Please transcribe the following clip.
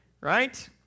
right